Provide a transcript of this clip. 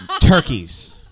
turkeys